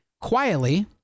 quietly –